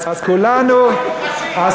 אז תהיה קצין חינוך ראשי.